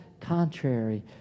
contrary